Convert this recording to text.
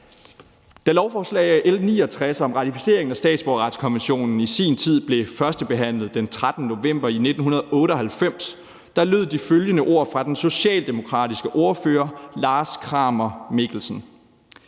Da lovforslag L 69 om ratificering af statsborgerretskonventionen i sin tid blev førstebehandlet den 13. november i 1998, lød de følgende ord fra den socialdemokratiske ordfører, Lars Kramer Mikkelsen: